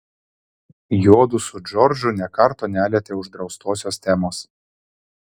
juodu su džordžu nė karto nelietė uždraustosios temos